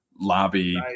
lobby